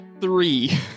Three